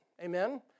Amen